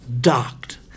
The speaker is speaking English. docked